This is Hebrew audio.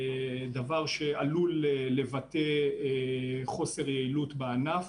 דבר שעלול לבטא חוסר יעילות בענף.